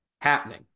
happening